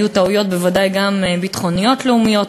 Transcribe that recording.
ובוודאי היו גם טעויות ביטחוניות-לאומיות,